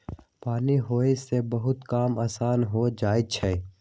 पानी होय से बहुते काम असान हो जाई छई